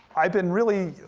i've been really,